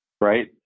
right